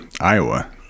Iowa